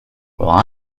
well